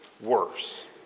worse